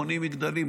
בונים מגדלים,